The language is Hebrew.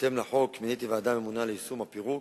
בהתאם לחוק, מיניתי ועדה ממונה ליישום הפירוק.